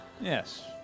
Yes